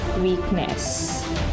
weakness